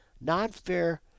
Non-fair